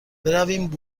برویم